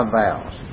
vows